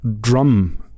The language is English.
drum